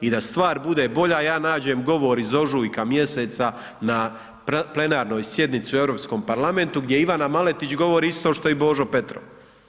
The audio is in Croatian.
I da stvar bude bolja, ja nađem govor iz ožujka mjeseca na plenarnoj sjednici u Europskom parlamentu gdje Ivana Maletić govori isto što i Božo Petrov.